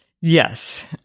Yes